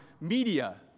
media